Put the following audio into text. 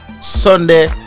Sunday